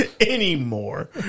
Anymore